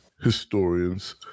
historians